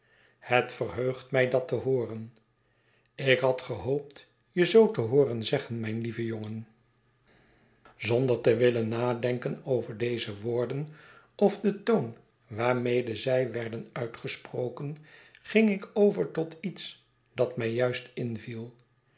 het verheugt mij dat te hooren ik had gehoopt je zoo te hooren zeggen mijn lieve jongen zonder te willen nadenken over deze woorden of den toon waarmede zij werden uitgesproken ging ik over tot iets dat mij juist inviel